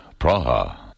Praha